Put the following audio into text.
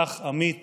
כך עמית